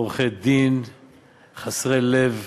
עורכי-דין חסרי לב,